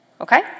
Okay